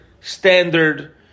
standard